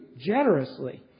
generously